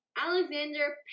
Alexander